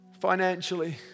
financially